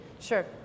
Sure